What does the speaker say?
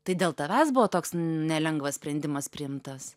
tai dėl tavęs buvo toks nelengvas sprendimas priimtas